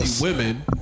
women